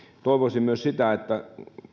toivoisin myös sitä että